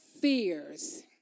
fears